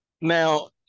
Now